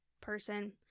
person